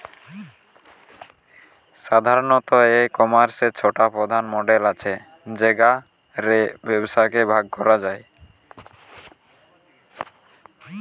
সাধারণত, ই কমার্সের ছটা প্রধান মডেল আছে যেগা রে ব্যবসাকে ভাগ করা যায়